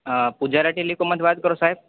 હા પૂજારા ટેલિકોમ માંથી વાત કરો સાહેબ